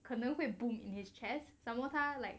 可能会 boom in his chest some more time like